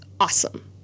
awesome